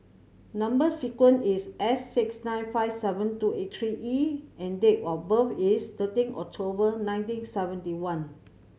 number sequence is S six nine five seven two eight three E and date of birth is thirteen October nineteen seventy one